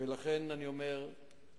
ולכן אני אומר,